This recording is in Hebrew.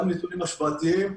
גם נתונים השוואתיים.